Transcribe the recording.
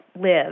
live